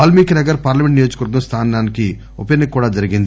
Valmiki Nagar parliament నియోజవర్గం స్థానానికి ఉప ఎన్నిక కూడా జరిగింది